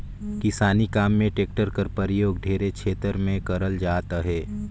किसानी काम मे टेक्टर कर परियोग ढेरे छेतर मे करल जात अहे